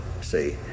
See